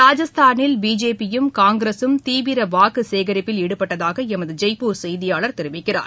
ராஜஸ்தானில் பிஜேபியும் னங்கிரஸூம் தீவிரவாக்குசேகரிப்பில் ஈடுபட்டதாகளமதஜெய்ப்பூர் செய்தியாளர் தெரிவிக்கிறார்